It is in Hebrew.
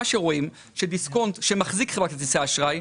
מה שרואים זה שמחזיק חברת כרטיסי האשראי,